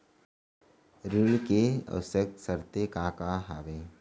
ऋण के आवश्यक शर्तें का का हवे?